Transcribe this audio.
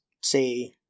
say